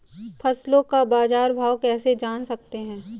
फसलों का बाज़ार भाव कैसे जान सकते हैं?